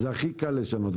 תקנות הכי קל לשנות.